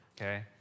okay